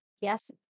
yes